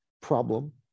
problem